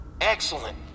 Excellent